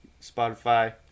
Spotify